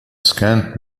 scant